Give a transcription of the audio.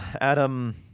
Adam